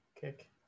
kick